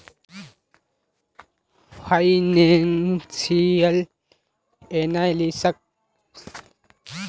financial एनालिस्टक बाजार आर वित्तेर अच्छा जानकारी ह छेक